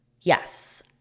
Yes